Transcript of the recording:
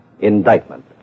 Indictment